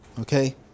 Okay